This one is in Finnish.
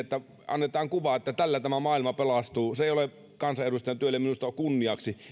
että annetaan kuva että tällä tämä maailma pelastuu se että johdetaan ihmisiä harhaan ei ole kansanedustajan työlle minusta kunniaksi